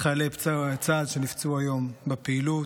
אני מניח, לחיילי צה"ל שנפצעו היום בפעילות,